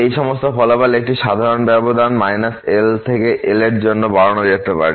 এই সমস্ত ফলাফল একটি সাধারণ ব্যবধান L L এর জন্য বাড়ানো যেতে পারে